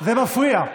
זה מפריע.